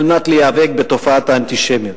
על מנת להיאבק בתופעת האנטישמיות.